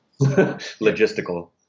logistical